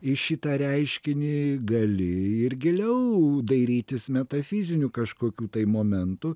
į šitą reiškinį gali ir giliau dairytis metafizinių kažkokių tai momentų